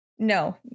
No